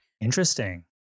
interesting